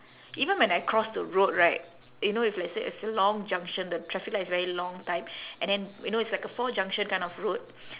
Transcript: even when I cross the road right you know if let's say it's a long junction the traffic light is very long type and then you know it's like a four junction kind of road